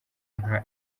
nka